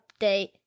update